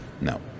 no